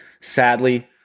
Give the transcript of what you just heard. sadly